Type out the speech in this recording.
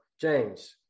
James